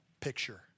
picture